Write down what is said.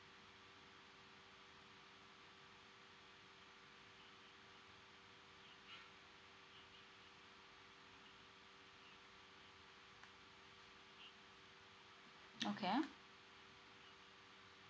okay